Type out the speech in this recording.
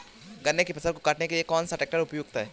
गन्ने की फसल को काटने के लिए कौन सा ट्रैक्टर उपयुक्त है?